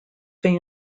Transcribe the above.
fan